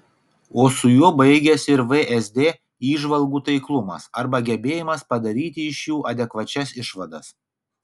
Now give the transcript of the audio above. o su juo baigiasi ir vsd įžvalgų taiklumas arba gebėjimas padaryti iš jų adekvačias išvadas